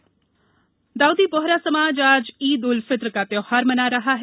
ईद उल फित्र दाऊदी बोहरा समाज आज ईद उल फित्र का त्यौहार मना रहा है